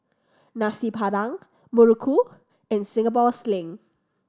Nasi Padang muruku and Singapore Sling